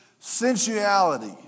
sensuality